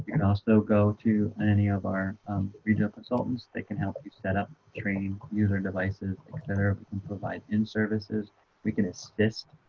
can also go to any of our regional consultants they can help you set up training user devices whatever we can provide in services we can assist